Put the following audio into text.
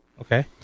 Okay